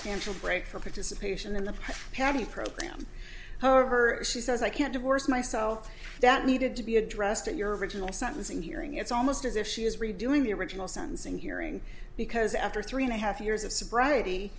substantial break from participation in the paddy program however she says i can't divorce myself that needed to be addressed in your original sentencing hearing it's almost as if she is redoing the original sentencing hearing because after three and a half years of sobriety